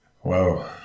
Whoa